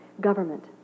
government